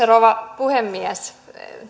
rouva puhemies